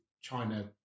China